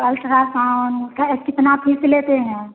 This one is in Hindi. अल्ट्रासाउन की कितनी फ़ीस लेते हैं